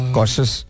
Cautious